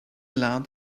aloud